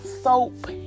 soap